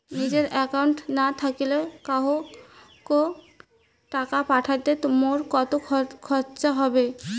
নিজের একাউন্ট না থাকিলে কাহকো টাকা পাঠাইতে মোর কতো খরচা হবে?